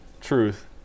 truth